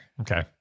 Okay